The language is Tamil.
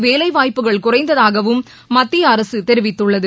வேலை வாய்ப்புகள் குறைந்ததாகவும் மத்திய அரசு தெரிவித்துள்ளது